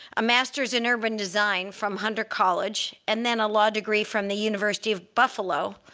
a master's in urban design from hunter college, and then a law degree from the university of buffalo.